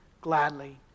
gladly